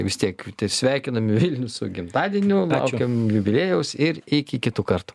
vis tiek sveikinam vilnių su gimtadieniu laukiam jubiliejaus ir iki kitų kartų